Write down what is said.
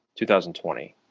2020